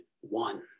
one